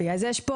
יש פה